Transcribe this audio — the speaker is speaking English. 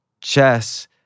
chess